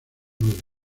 novio